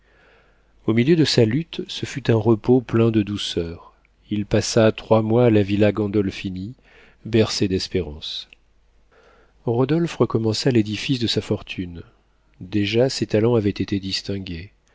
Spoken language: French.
au milieu de sa lutte ce fut un repos plein de douceur il passa trois mois à la villa gandolphini bercé d'espérances rodolphe recommença l'édifice de sa fortune déjà ses talents avaient été distingués